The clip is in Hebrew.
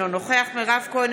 אינו נוכח מירב כהן,